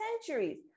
centuries